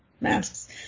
Masks